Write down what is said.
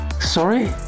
Sorry